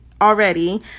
already